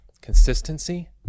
Consistency